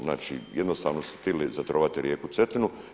Znači jednostavno su htjeli zatrovati rijeku Cetinu.